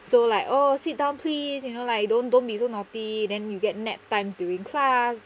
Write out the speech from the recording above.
so like oh sit down please you know like don't don't be so naughty then you get nap times during class